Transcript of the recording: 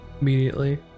immediately